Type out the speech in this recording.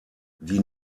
die